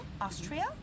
Austria